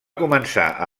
començar